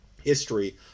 history